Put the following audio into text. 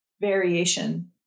variation